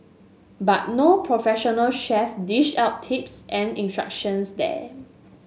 but no professional chef dish out tips and instructions there